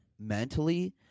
mentally